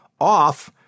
off